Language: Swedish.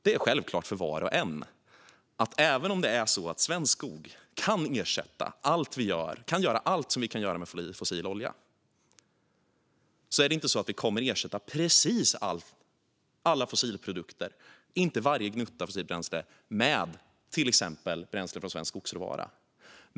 Det är självklart för var och en att även om svensk skog kan ersätta och göra allt som vi kan göra med fossil olja är det inte så att vi kommer att ersätta precis alla fossilprodukter och varje gnutta fossilt bränsle med till exempel bränsle från svensk skogsråvara.